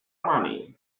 money